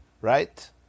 right